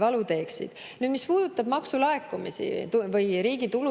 valu teeksid. Mis puudutab maksulaekumisi või riigi tulude